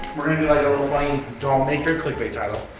we're gonna doll-maker clickbait title.